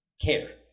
care